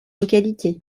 localités